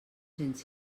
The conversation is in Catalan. cents